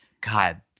God